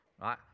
right